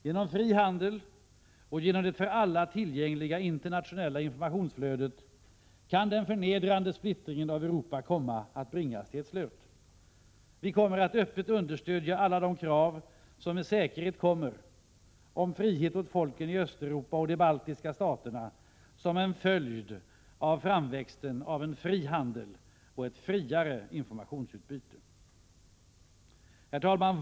Genom fri handel och genom det för alla tillgängliga internationella informationsflödet kan den förnedrande splittringen av Europa komma att bringas till ett slut. Vi kommer att öppet understödja alla de krav, som med säkerhet kommer, på frihet åt folken i Östeuropa och de baltiska staterna som en följd av framväxten av en fri handel och ett friare informationsutbyte. Herr talman!